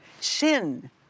Sin